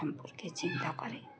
সম্পর্কে চিন্তা করি